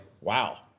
wow